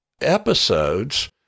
episodes